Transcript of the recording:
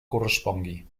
correspongui